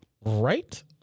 Right